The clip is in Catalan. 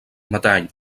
metall